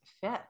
fit